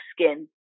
skin